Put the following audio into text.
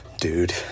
dude